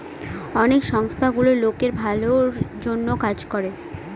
অনেক সংস্থা গুলো লোকের ভালোর জন্য কাজ করে